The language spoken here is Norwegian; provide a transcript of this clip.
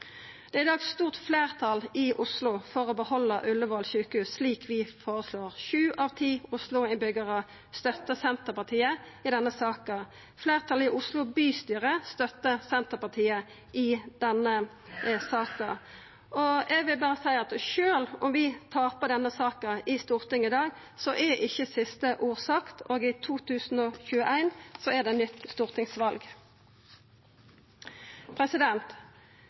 Det er i dag eit stort fleirtal i Oslo for å behalda Ullevål sjukehus, slik vi føreslår. Sju av ti Oslo-innbyggjarar støttar Senterpartiet i denne saka. Fleirtalet i Oslo bystyre støttar Senterpartiet i denne saka. Eg vil berre seia at sjølv om vi taper denne saka i Stortinget i dag, er ikkje siste ord sagt, og i 2021 er det nytt stortingsval.